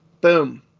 Boom